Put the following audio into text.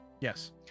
Yes